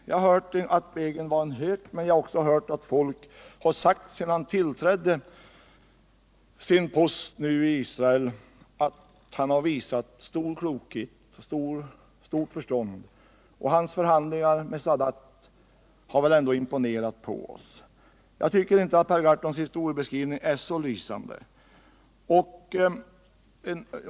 Jag har hört att Begin var en hök, men jag har också hört att folk har sagt sedan han tillträdde sin post nu i Israel att han har visat stor klokhet, och hans förhandlingar med Sadat har väl ändå imponerat på oss. Jag tycker inte att herr Gahrtons historieskrivning är särskilt lysande.